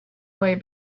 way